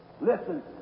Listen